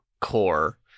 core